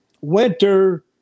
Winter